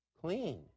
Clean